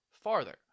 farther